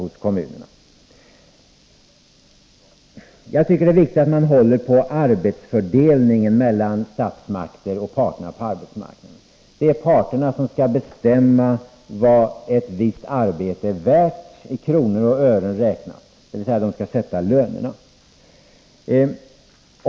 Jag tycker att det är viktigt att man håller på arbetsfördelningen mellan statsmakter och parterna på arbetsmarknaden. Det är parterna som skall bestämma vad ett visst arbete är värt i kronor och ören räknat, dvs. de skall sätta lönerna.